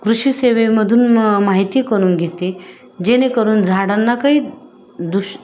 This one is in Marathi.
कृषी सेवेमधून म माहिती करून घेते जेणेकरून झाडांना काही दुष